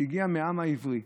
שהגיע מהעם העברי,